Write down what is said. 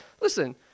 Listen